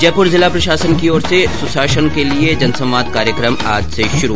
जयपुर जिला प्रशासन की ओर से सुशासन के लिये जनसंवाद कार्यक्रम आज से शुरू